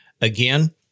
again